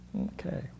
Okay